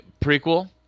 Prequel